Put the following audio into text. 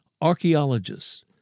archaeologists